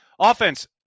Offense